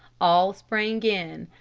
all sprang in.